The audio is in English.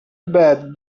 bad